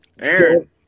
Aaron